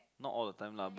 not all of them lah but